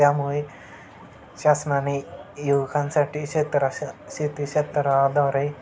त्यामुळे शासनाने युवकांसाठी क्षेत्र श शेतीक्षेत्राद्वारे